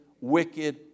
wicked